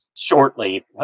Shortly